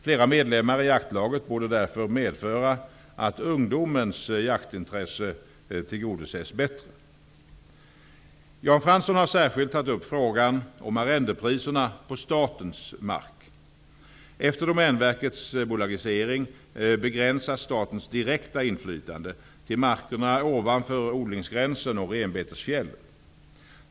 Flera medlemmar i jaktlaget borde därför medföra att ungdomens jaktintresse tillgodoses bättre. Jan Fransson har särskilt tagit upp frågan om arrendepriserna på statens mark. Efter Domänverkets bolagisering begränsas statens direkta inflytande till markerna ovanför odlingsgränsen och renbetesfjällen.